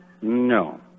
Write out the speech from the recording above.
No